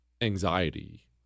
anxiety